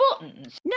buttons